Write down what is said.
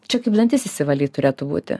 čia kaip dantis išsivalyt turėtų būti